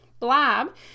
Blab